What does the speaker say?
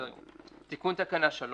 "תיקון תקנה 3